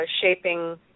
shaping